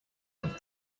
have